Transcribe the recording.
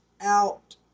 out